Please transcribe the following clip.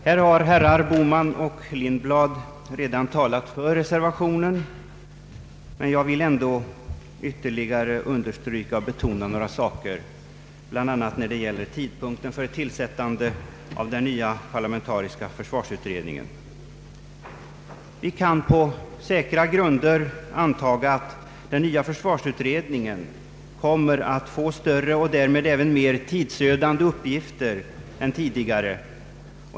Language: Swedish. Herr talman! Herrar Bohman och Lindblad har redan talat för reservationen, men jag vill ändå ytterligare betona några saker, bl.a. tidpunkten för tillsättandet av den nya parlamentariska försvarsutredningen. Vi kan på säkra grunder anta att den nya försvarsutredningen kommer att få större och därmed även mer tidsödande uppgifter än tidigare.